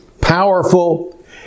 powerful